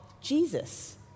Jesus